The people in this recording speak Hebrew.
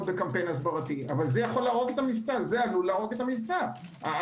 בקמפיין הסברתי אבל זה עלול להרוג את המבצע,